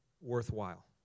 worthwhile